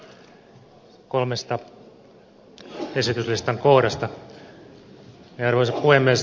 arvoisa puhemies